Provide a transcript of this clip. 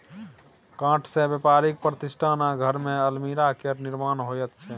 काठसँ बेपारिक प्रतिष्ठान आ घरमे अलमीरा केर निर्माण होइत छै